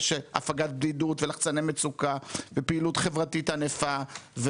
יש הפגת בדידות ולחצני מצוקה ופעילות חברתית ענפה.